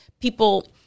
People